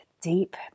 deep